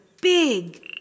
big